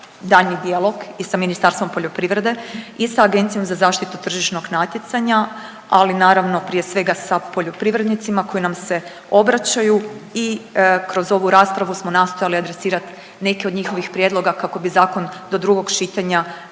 daljnji dijalog i sa Ministarstvom poljoprivrede i sa Agencijom za zaštitu tržišnog natjecanja, ali naravno prije svega sa poljoprivrednicima koji nam se obraćaju i kroz ovu raspravu smo nastojali adresirati neke od njihovih prijedloga kako bi zakon do drugog čitanja